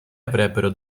avrebbero